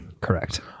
correct